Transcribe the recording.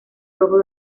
rojo